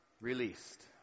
released